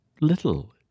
little